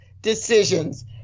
decisions